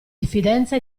diffidenza